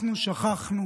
אנחנו שכחנו